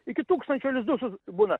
iki tūkstančio lizdų sus būna